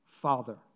Father